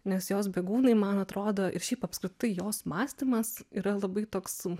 nes jos bėgūnai man atrodo ir šiaip apskritai jos mąstymas yra labai toks